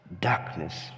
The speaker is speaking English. darkness